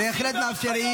על פי ההנחיות,